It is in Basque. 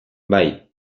bai